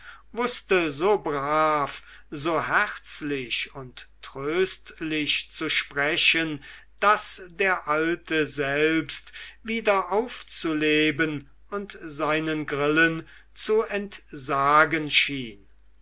wußte so brav so herzlich und tröstlich zu sprechen daß der alte selbst wieder aufzuleben und seinen grillen zu entsagen schien